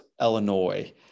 Illinois